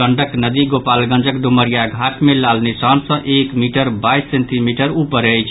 गंडक नदी गोपालगंजक ड्मरियाघाट मे लाल निशान सँ एक मीटर बाईस सेंटीमीटर ऊपर अछि